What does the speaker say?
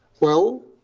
well,